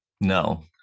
No